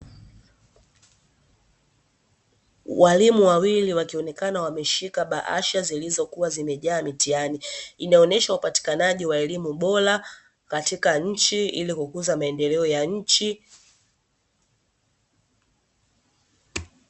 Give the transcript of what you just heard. Walimu wawili wakionekana wameshika bahasha zilizokuwa zimejaa mitihani inaonyesha upatikanaji wa elimu bora katika nchi, ili kukuza maendeleo ya nchi.